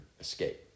escape